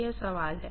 यह सवाल है